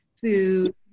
food